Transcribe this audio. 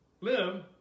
live